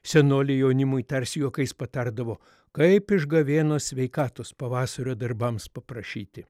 senoliai jaunimui tarsi juokais patardavo kaip iš gavėno sveikatos pavasario darbams paprašyti